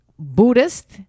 Buddhist